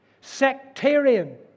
sectarian